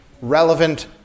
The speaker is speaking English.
relevant